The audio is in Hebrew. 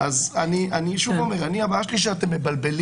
אז אני שוב אומר, הבעיה שלי היא שאתם מבלבלים